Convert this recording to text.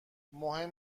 مهم